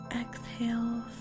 exhale